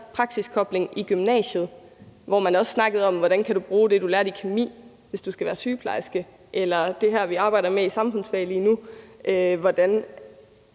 praksiskobling i gymnasiet, hvor man kunne snakke om »hvordan kan du bruge det, du lærte i kemi, hvis du skal være sygeplejerske?«, eller »det her, vi arbejder med i samfundsfag lige nu, hvordan